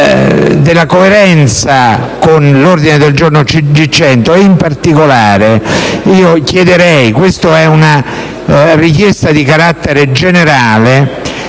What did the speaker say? della coerenza con l'ordine del giorno G100. In particolare, chiederei - e questa è una richiesta di carattere generale